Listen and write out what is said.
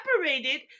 separated